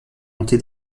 monté